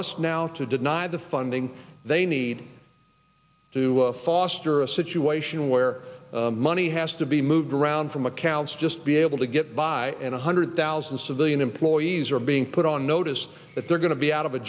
us now to deny the funding they need to foster a situation where the money has to be moved around from accounts just be able to get by and one hundred thousand civilian employees are being put on notice that they're going to be out of a